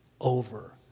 over